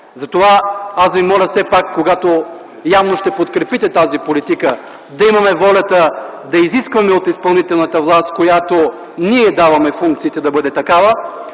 Затова аз ви моля все пак, когато явно ще подкрепите тази политика, да имаме волята да изискваме от изпълнителна власт, на която ние даваме функции да бъде такава,